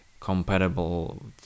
compatible